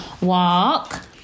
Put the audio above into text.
walk